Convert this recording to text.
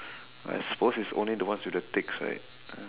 I suppose it's only the ones with the ticks right uh